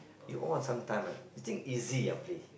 they all sometime right you think easy ah play